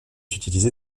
utilisé